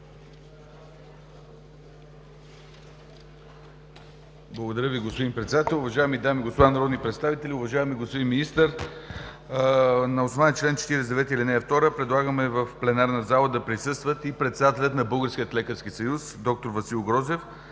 Благодаря Ви, господин Председател. Уважаеми дами и господа народни представители, уважаеми господин Министър! На основание чл. 49, ал. 2 предлагаме в пленарната зала да присъстват и председателят на Българския лекарски съюз д-р Васил Грозев,